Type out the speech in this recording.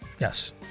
Yes